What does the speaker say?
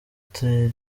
moteri